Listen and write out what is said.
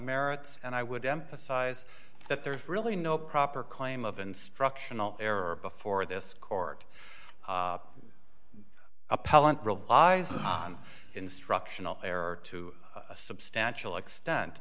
merits and i would emphasize that there is really no proper claim of instructional error before this court appellant relies upon instructional error to a substantial extent